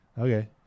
Okay